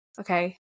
Okay